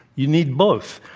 you need both.